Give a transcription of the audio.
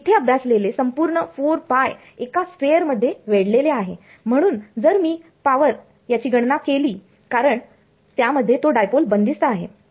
इथे अभ्यासलेले संपूर्ण 4π एका स्फेअर मध्ये वेढलेले आहे म्हणून जर मी पावर याची गणना केली कारण की त्यामध्ये तो डायपोल बंदिस्त आहे